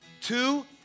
Two